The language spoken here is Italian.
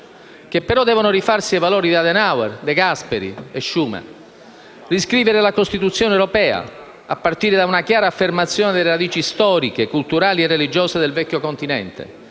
che però devono rifarsi ai valori di Adenauer, De Gasperi e Schuman. Occorre riscrivere la Costituzione europea, a partire da una chiara affermazione delle radici storiche, culturali e religiose del Vecchio continente,